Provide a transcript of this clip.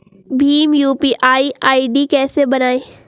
Bhim UPI ID कैसे बनाएं?